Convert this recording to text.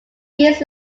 years